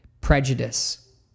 prejudice